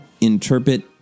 interpret